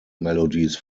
melodies